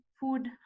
food